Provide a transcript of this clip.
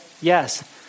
yes